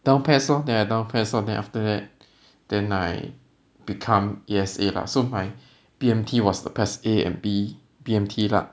down PES lor then I down PES lor then after that then I become A_S_A lah so my B_M_T was the PES A and B B_M_T lah